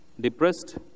depressed